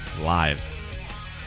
live